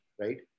right